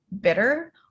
bitter